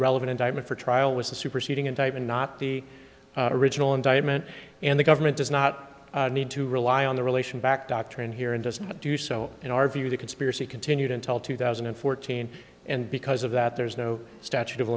relevant indictment for trial was a superseding indictment not the original indictment and the government does not need to rely on the relation back doctrine here and doesn't do so in our view the conspiracy continued until two thousand and fourteen and because of that there's no statute of